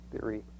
theory